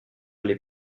les